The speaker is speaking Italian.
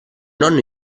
nonno